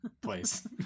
place